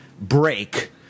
break